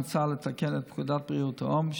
מוצע לתקן את פקודת בריאות העם,